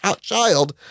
child